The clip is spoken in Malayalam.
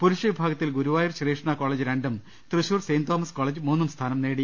പുരുഷ വിഭാഗത്തിൽ ഗുരു വായൂർ ശ്രീകൃഷ്ണ കോളേജ് രണ്ടും തൃശൂർ സെന്റ് തോമസ് കോളേജ് മൂന്നും സ്ഥാനം നേടി